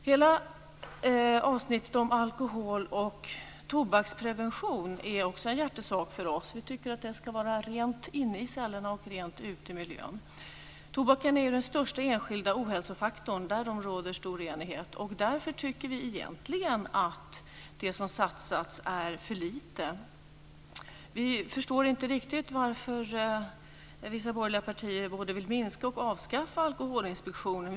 Hela avsnittet om alkohol och tobaksprevention är också en hjärtesak för oss. Vi tycker att det ska vara rent inne i cellerna och rent ute i miljön. Tobaken är ju den största enskilda ohälsofaktorn. Därom råder stor enighet. Därför tycker vi egentligen att det som har satsats är för lite. Vi förstår inte riktigt varför vissa borgerliga partier vill minska anslaget till Alkoholinspektionen och avskaffa Alkoholinspektionen.